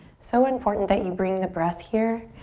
so important that you bring the breath here.